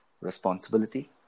Responsibility